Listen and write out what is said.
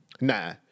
Nah